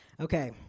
Okay